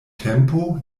tempo